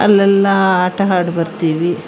ಅಲ್ಲೆಲ್ಲ ಆಟ ಆಡ್ಬರ್ತೀವಿ